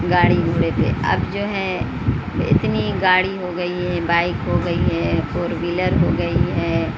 گاڑی گھوڑے پہ اب جو ہے اتنی گاڑی ہو گئی ہے بائک ہو گئی ہے فور ویلر ہو گئی ہے